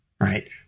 right